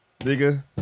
nigga